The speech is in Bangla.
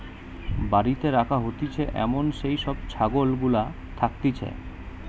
বাড়িতে রাখা হতিছে এমন যেই সব ছাগল গুলা থাকতিছে